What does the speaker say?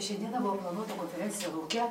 šią dieną buvo planuota konferencija lauke